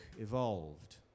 evolved